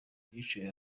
yicaye